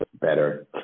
better